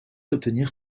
obtenir